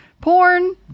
Porn